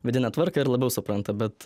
vidinę tvarką ir labiau supranta bet